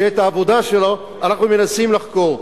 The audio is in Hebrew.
שאת העבודה שלו אנחנו מנסים לחקור.